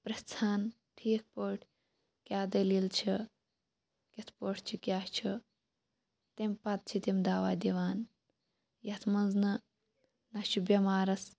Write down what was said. پرژھان ٹھیٖک پٲٹھۍ کیاہ دلیٖل چھِ کِتھ پٲٹھۍ چھ کیاہ چھ تمہ پَتہٕ چھ تِم دوا دِوان یتھ مَنٛز نہٕ نہ چھُ بیٚمارَس